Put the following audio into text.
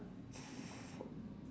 f~